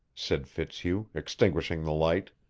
said fitzhugh, extinguishing the light.